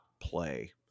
play